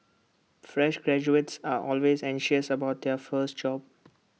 fresh graduates are always anxious about their first job